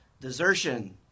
Desertion